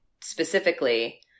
specifically